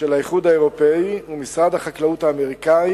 של האיחוד האירופי ומשרד החקלאות האמריקני